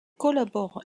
collabore